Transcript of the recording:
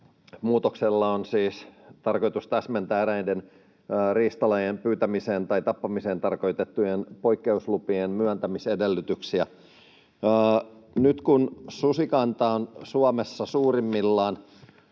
muutoksella on siis tarkoitus täsmentää eräiden riistalajien pyytämiseen tai tappamiseen tarkoitettujen poikkeuslupien myöntämisedellytyksiä. Nyt kun susikanta on Suomessa suurimmillaan,